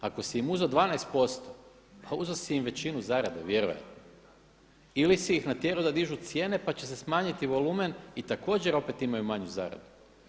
Ako si im uzeo 12% a uzeo si im većinu zarade vjerojatno ili si ih natjerao da dižu cijene pa će se smanjiti volumen i također opet imaju manju zaradu.